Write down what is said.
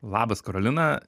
labas karolina